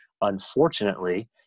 unfortunately